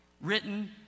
written